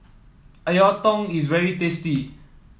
a Lontong is very tasty